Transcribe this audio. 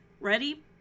Ready